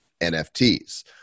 NFTs